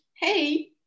hey